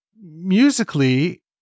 musically